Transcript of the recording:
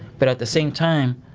but, at the same time,